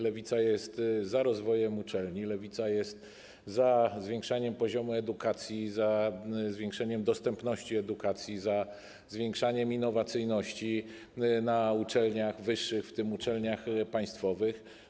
Lewica jest za rozwojem uczelni, Lewica jest za zwiększaniem poziomu edukacji, za zwiększeniem dostępności edukacji, za zwiększaniem innowacyjności na uczelniach wyższych, w tym uczelniach państwowych.